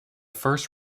first